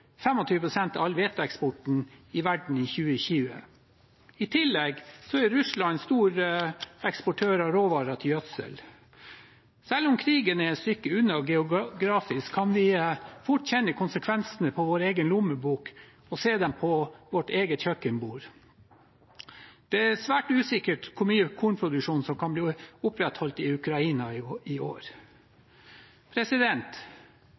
av all hveteeksporten i verden i 2020. I tillegg er Russland stor eksportør av råvarer til gjødsel. Selv om krigen er et stykke unna geografisk, kan vi fort kjenne konsekvensene i vår egen lommebok og se dem på vårt eget kjøkkenbord. Det er svært usikkert hvor mye kornproduksjon som kan bli opprettholdt i Ukraina i år. Norge er for så vidt et dårlig egnet land til å